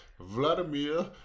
Vladimir